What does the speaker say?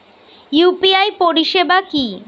UPI পরিসেবা কি?